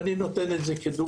אני נותן את זה כדוגמה.